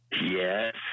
Yes